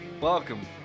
welcome